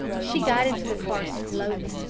she got into the car slowly,